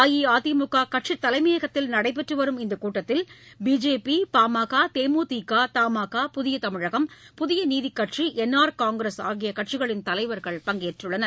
அஇஅதிமுக கட்சி தலைமையகத்தில் நடைபெற்று வரும் இந்த கூட்டத்தில் பிஜேபி பாமக தேமுதிக தமாகா புதிய தமிழகம் புதிய நீதிக் கட்சி என்ஆர் காங்கிரஸ் ஆகிய கட்சிகளின் தலைவர்கள் பங்கேற்றுள்ளனர்